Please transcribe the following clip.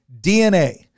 DNA